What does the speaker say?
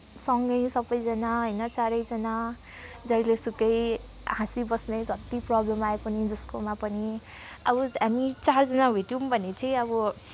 सँगै सबैजना होइन चारैजना जहिलेसुकै हाँसी बस्ने जति प्रब्लम आए पनि जसकोमा पनि अब हामी चारजना भेट्यौँ भने चाहिँ अब